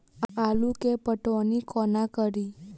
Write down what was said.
आलु केँ पटौनी कोना कड़ी?